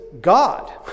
God